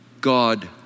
God